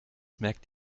merkt